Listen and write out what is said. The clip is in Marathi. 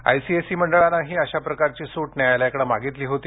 आईसीएसई बोर्डानंही अशा प्रकारची सूट न्यायालयाकडे मागितली होती